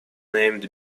named